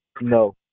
no